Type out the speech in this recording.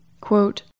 Quote